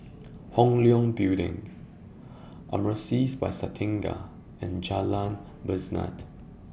Hong Leong Building Amaris By Santika and Jalan Besut